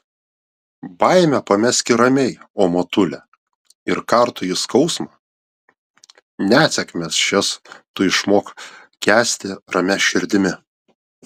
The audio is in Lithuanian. baimę pameski ramiai o motule ir kartųjį skausmą nesėkmes šias tu išmok kęsti ramia širdimi